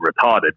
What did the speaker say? retarded